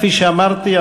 כפי שאמרתי,